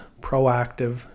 proactive